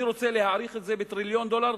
אני רוצה להעריך את זה בטריליון דולר.